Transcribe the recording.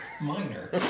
Minor